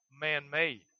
man-made